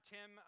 Tim